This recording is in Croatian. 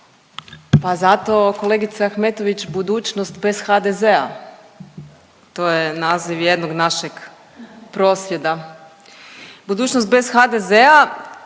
Pa zato kolegice Ahmetović budućnost bez HDZ-a to je naziv jednog našeg prosvjeda. Budućnost bez HDZ-a